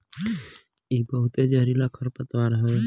इ बहुते जहरीला खरपतवार हवे